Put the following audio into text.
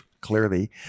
clearly